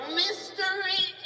mystery